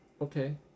Okay